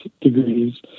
degrees